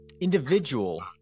individual